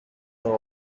are